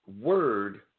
word